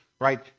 right